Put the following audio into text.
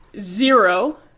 zero